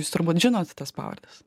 jūs turbūt žinote tas pavardes